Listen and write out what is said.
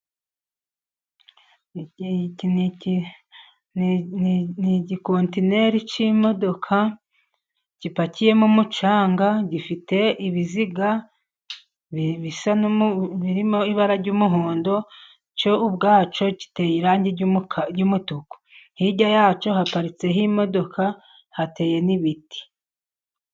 Iki ni igikontineri cy'imodoka gipakiyemo umucanga, gifite ibiziga birimo ibara ry'umuhondo. Cyo ubwacyo giteye irangi ry'umutuku, hirya yacyo haparitseho imodoka hateye n'ibiti.